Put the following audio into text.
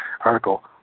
Article